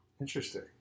Interesting